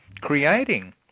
creating